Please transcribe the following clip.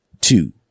two